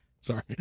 Sorry